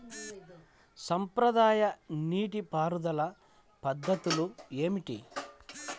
సాంప్రదాయ నీటి పారుదల పద్ధతులు ఏమిటి?